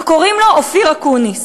וקוראים לו אופיר אקוניס.